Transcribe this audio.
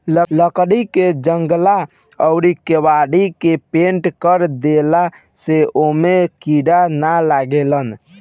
लकड़ी के जंगला अउरी केवाड़ी के पेंनट कर देला से ओमे कीड़ा ना लागेलसन